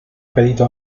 pedido